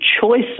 choice